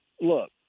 look